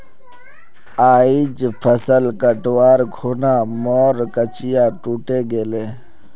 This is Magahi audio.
आइज फसल कटवार खूना मोर कचिया टूटे गेले